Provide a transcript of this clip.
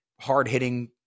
hard-hitting